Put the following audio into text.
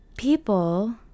people